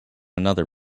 another